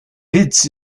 witz